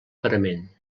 parament